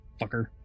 Fucker